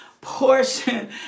portion